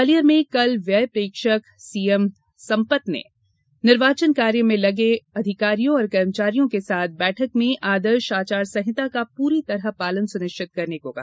ग्वालियर में कल व्यय प्रेक्षक सीएम संपत ने निर्वाचन कार्य में लगे अधिकारियों और कर्मचारियों के साथ बैठक में आदर्श आचार संहिता का पूरी तरह पालन सुनिश्चित करने को कहा